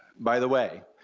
by the way,